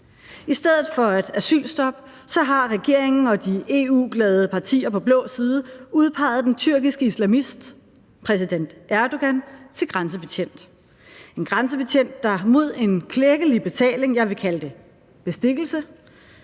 I stedet for et asylstop har regeringen og de EU-glade partier på blå side udpeget den tyrkiske islamist præsident Erdogan til grænsebetjent – en grænsebetjent, der mod en klækkelig betaling, jeg vil kalde det bestikkelse,